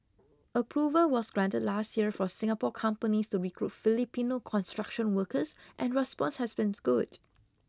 approval was granted last year for Singapore companies to recruit Filipino construction workers and response has been good